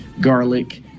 garlic